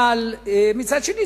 אבל מצד שני,